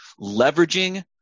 leveraging